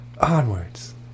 Onwards